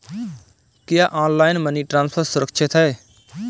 क्या online money transfer सुरक्षित है?